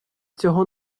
цього